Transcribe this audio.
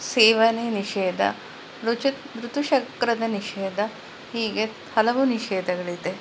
ಸೇವನೆ ನಿಷೇಧ ರುಚಕ್ ಋತುಚಕ್ರದ ನಿಷೇಧ ಹೀಗೆ ಹಲವು ನಿಷೇಧಗಳಿದೆ